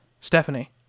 stephanie